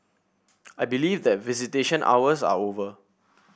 I believe that visitation hours are over